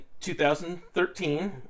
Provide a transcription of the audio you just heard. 2013